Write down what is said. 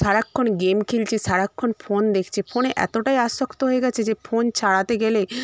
সারাক্ষণ গেম খেলছে সারাক্ষণ ফোন দেখছে ফোনে এতটাই আসক্ত হয়ে গেছে যে ফোন ছাড়াতে গেলে